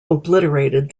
obliterated